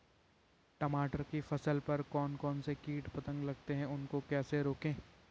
टमाटर की फसल पर कौन कौन से कीट पतंग लगते हैं उनको कैसे रोकें?